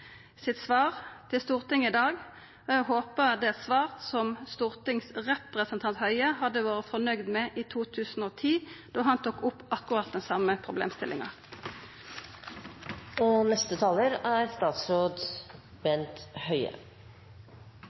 til Stortinget i dag. Eg håpar det er eit svar som stortingsrepresentant Høie hadde vore fornøgd med i 2010, då han tok opp akkurat den same problemstillinga.